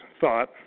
thought